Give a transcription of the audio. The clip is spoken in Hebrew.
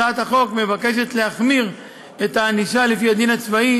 הצעת החוק מבקשת להחמיר את הענישה לפי הדין הצבאי